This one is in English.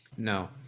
No